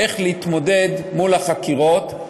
איך להתמודד מול החקירות,